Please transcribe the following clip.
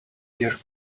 year